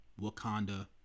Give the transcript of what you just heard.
Wakanda